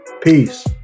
Peace